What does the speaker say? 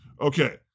Okay